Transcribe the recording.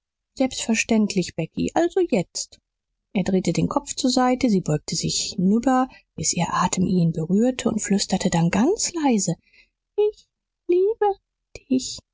selbstverständlich becky also jetzt er drehte den kopf zur seite sie beugte sich hinüber bis ihr atem ihn berührte und flüsterte dann ganz leise ich liebe dich